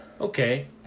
Okay